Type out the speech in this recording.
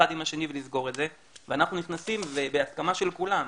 עם השני ולסגור את זה ובהסכמה של כולם,